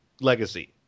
Legacy